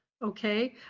Okay